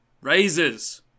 Razors